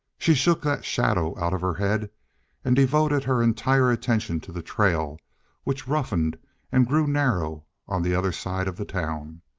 she shook that shadow out of her head and devoted her entire attention to the trail which roughened and grew narrow on the other side of the town.